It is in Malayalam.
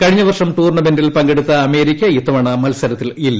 കഴിഞ്ഞ വർഷം ടൂർണ്ണമെന്റിൽ പങ്കെടുത്ത അമേരിക്ക ഇത്തവണ മത്സരത്തിലില്ല